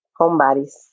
homebodies